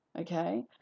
okay